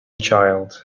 child